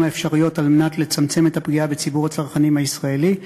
האפשריות לצמצם את הפגיעה בציבור הצרכנים הישראלי,